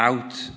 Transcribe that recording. Out